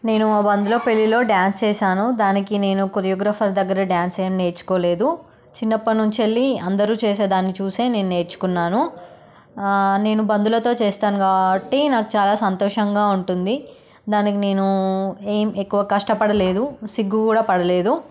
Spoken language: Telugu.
నేను మా బంధువుల పెళ్ళిలో డాన్స్ చేశాను దానికి నేను కొరియోగ్రాఫర్ దగ్గర డాన్స్ ఏం నేర్చుకోలేదు చిన్నప్పటి నుంచి అందరూ చేసే దాన్ని చూసే నేను నేర్చుకున్నాను నేను బంధువులతో చేస్తాను కాబట్టి నాకు చాలా సంతోషంగా ఉంటుంది దానికి నేను ఏం ఎక్కువ కష్టపడలేదు సిగ్గు కూడా పడలేదు